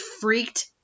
freaked